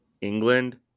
England